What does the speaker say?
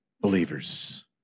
believers